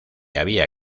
había